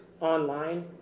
online